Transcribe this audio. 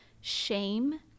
shame